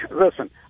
Listen